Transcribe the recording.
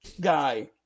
guy